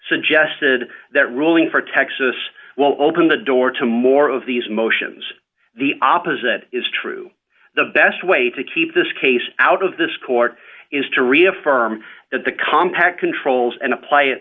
suggested that ruling for texas will open the door to more of these motion the opposite is true the best way to keep this case out of this court is to reaffirm that the compact controls and apply it